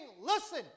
Listen